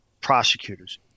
prosecutors